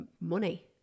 money